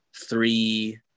three